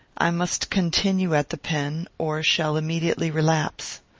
i must continue at the pen, or shall immediately relapse.